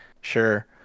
Sure